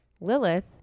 Lilith